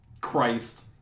Christ